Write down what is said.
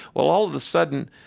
well, all of a sudden,